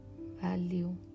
value